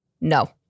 No